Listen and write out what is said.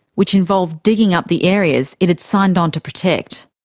which involved digging up the areas it had signed on to protect.